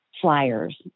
flyers